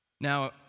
Now